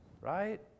right